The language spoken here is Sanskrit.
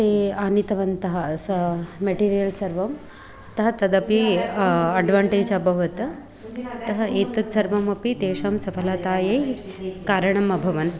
ते आनीतवन्तः स मेटीरियल् सर्वं अतः तदपि अड्वाण्टेज् अभवत् अतः एतत् सर्वमपि तेषां सफलतायै कारणम् अभवन्